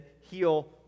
heal